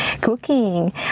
cooking